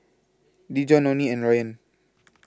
Dejon Nonie and Ryann